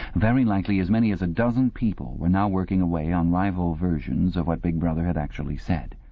very likely as many as a dozen people were now working away on rival versions of what big brother had actually said.